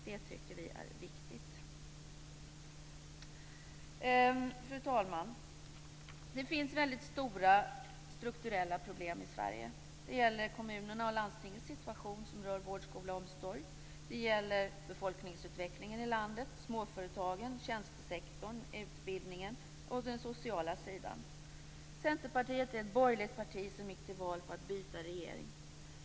Det tycker vi är viktigt. Fru talman! Det finns stora strukturella problem i Sverige. Det gäller kommunernas och landstingens situation som rör vård, skola och omsorg. Det gäller befolkningsutvecklingen i landet, småföretagen, tjänstesektorn, utbildningen och den sociala sidan. Centerpartiet är ett borgerligt parti som gick till val på att byta regering.